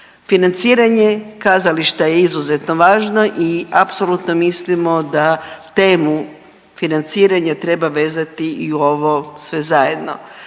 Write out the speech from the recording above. Financiranje kazališta je izuzetno važno i apsolutno mislimo da temu financiranja treba vezati i u ovo sve zajedno.